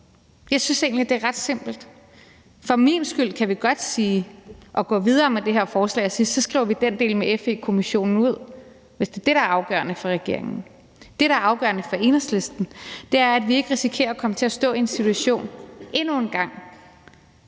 Jeg synes egentlig, det er ret simpelt. For min skyld kan vi godt gå videre med det her forslag og sige, at så skriver vi den del med FE-kommissionen ud, hvis det er det, der er afgørende for regeringen. Det, der afgørende for Enhedslisten, er, at vi ikke risikerer endnu en gang at komme til at stå i en situation, hvor